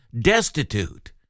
destitute